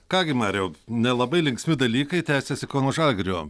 ką gi mariau nelabai linksmi dalykai tęsiasi kauno žalgirio